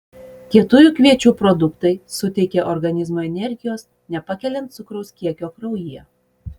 kietųjų kviečių produktai suteikia organizmui energijos nepakeliant cukraus kiekio kraujyje